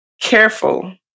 careful